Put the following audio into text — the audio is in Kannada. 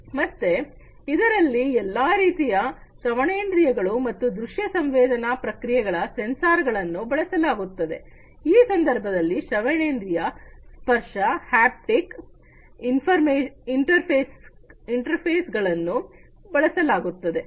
ಮತ್ತೆ ಇದರಲ್ಲಿ ಎಲ್ಲಾ ರೀತಿಯ ಶ್ರವಣೇಂದ್ರಿಯಗಳು ಮತ್ತು ದೃಶ್ಯ ಸಂವೇದನ ಪ್ರಕ್ರಿಯೆಗಳ ಸೆನ್ಸರ್ ಗಳನ್ನು ಬಳಸಲಾಗುತ್ತದೆ ಈ ಸಂದರ್ಭದಲ್ಲಿ ಶ್ರವಣೇಂದ್ರಿಯ ಸ್ಪರ್ಶ ಹ್ಯಾಪ್ಟಿಕ್ ಇಂಟರ್ಫೇಸ್ ಗಳನ್ನು ಬಳಸಲಾಗುತ್ತದೆ